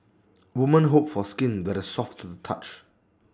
woman hope for skin that is soft to the touch